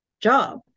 job